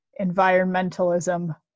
Environmentalism